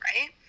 right